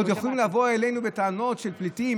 עוד יכולים לבוא אלינו בטענות על פליטים,